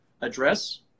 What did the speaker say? address